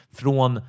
från